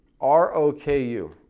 R-O-K-U